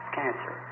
cancer